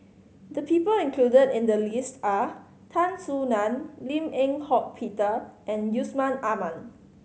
the people included in the list are Tan Soo Nan Lim Eng Hock Peter and Yusman Aman